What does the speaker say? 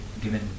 given